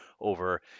over